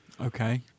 Okay